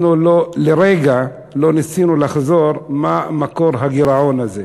אנחנו לרגע לא ניסינו לחזור מה מקור הגירעון הזה.